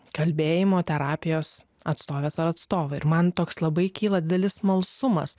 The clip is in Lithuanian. kalbėjimo terapijos atstovės ar atstovai ir man toks labai kyla didelis smalsumas